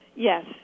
Yes